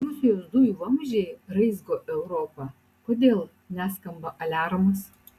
rusijos dujų vamzdžiai raizgo europą kodėl neskamba aliarmas